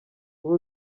kuri